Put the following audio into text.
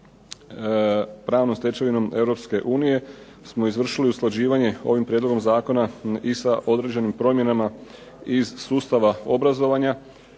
pravnom stečevinom Europske unije smo izvršili usklađivanje ovim prijedlogom zakona i sa određenim promjenama iz sustava obrazovanja,